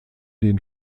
den